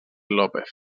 lópez